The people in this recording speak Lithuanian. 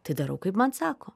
tai darau kaip man sako